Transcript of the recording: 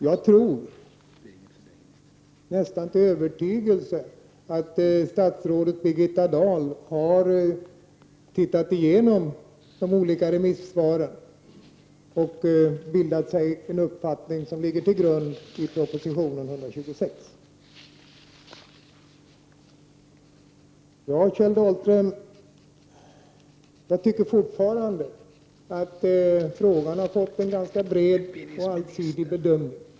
Jag tror nästan till övertygelse att statsrådet Birgitta Dahl har tittat igenom remissvaren och bildat sig en uppfattning som ligger till grund för propositionen nr 126. Ja, Kjell Dahlström, jag tycker fortfarande att frågan har fått en ganska bred och allsidig bedömning.